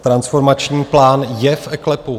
Transformační plán je v eKLEPu.